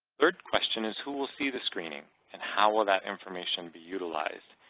third question is who will see the screening and how will that information be utilized?